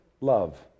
love